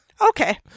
Okay